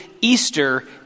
Easter